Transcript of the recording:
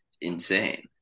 insane